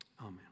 Amen